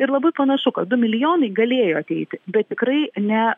ir labai panašu kad du milijonai galėjo ateiti bet tikrai ne